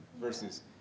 versus